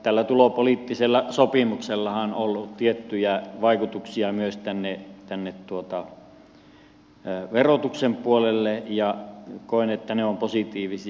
tällä tulopoliittisella sopimuksellahan on ollut tiettyjä vaikutuksia myös verotuksen puolelle ja koen että ne ovat positiivisia